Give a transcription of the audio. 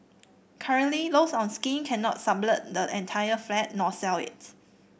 currently those on scheme cannot sublet the entire flat nor sell it